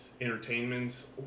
entertainments